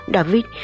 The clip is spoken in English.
David